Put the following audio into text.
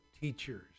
teachers